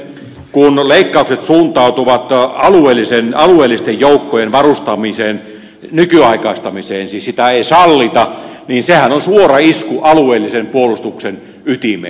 kun leikkaukset suuntautuvat alueellisten joukkojen varustamiseen nykyaikaistamiseen siis sitä ei sallita niin sehän on suora isku alueellisen puolustuksen ytimeen